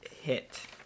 hit